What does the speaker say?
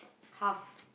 tough